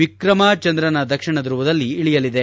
ವಿಕ್ರಮ ಚಂದ್ರನ ದಕ್ಷಿಣ ರುವದಲ್ಲಿ ಇಳಿಯಲಿದೆ